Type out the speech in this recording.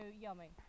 yummy